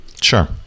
Sure